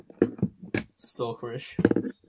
stalkerish